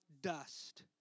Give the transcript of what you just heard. dust